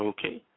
Okay